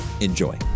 Enjoy